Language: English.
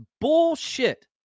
bullshit